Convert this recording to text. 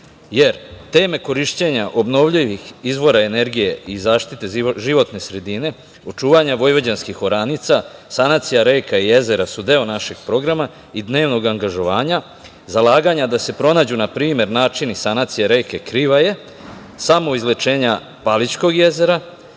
Teme korišćenja obnovljivih izvora energije i zaštite životne sredine, od čuvanja vojvođanskih oranica, sanacija reka i jezera su deo našeg programa i dnevnog angažovanja, zalaganja da se pronađu na primer načini sanacije reke Krivaje, samoizlečenja Palićkog jezera,